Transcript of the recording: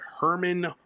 Herman